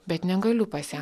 bet negaliu pas ją